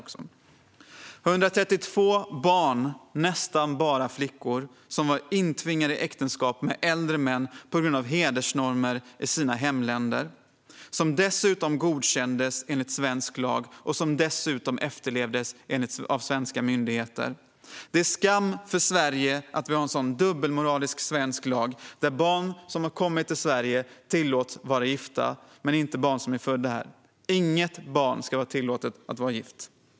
132 barn, nästan bara flickor, var intvingade i äktenskap med äldre män på grund av hedersnormer i sina hemländer, vilket godkändes enligt svensk lag och dessutom efterlevdes av svenska myndigheter. Det är en skam för Sverige att vi har en sådan dubbelmoralisk svensk lag som tillåter att barn som kommit till Sverige är gifta men inte barn som är födda här. Inget barn ska tillåtas att vara gift.